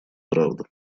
правду